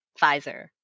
Pfizer